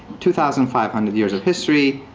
two thousand five hundred years of history,